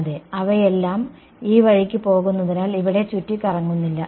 അതെ അവയെല്ലാം ഈ വഴിക്ക് പോകുന്നതിനാൽ ഇവിടെ ചുറ്റിക്കറങ്ങുന്നില്ല